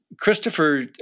Christopher